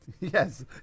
Yes